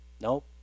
Nope